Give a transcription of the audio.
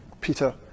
Peter